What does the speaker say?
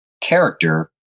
character